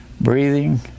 breathing